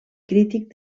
crític